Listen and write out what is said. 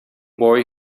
boy